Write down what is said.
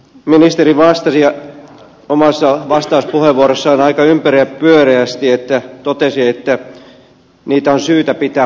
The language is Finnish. ministeri vastasi omassa vastauspuheenvuorossaan aika ympäripyöreästi ja totesi että niitä on syytä pitää budjetissa